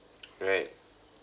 right